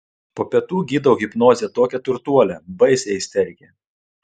po pietų gydau hipnoze tokią turtuolę baisią isterikę